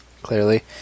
clearly